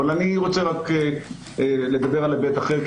אבל אני רוצה לדבר על היבט אחר,